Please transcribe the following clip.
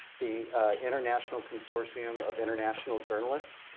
the international consortium of international journalists,